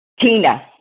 Tina